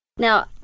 Now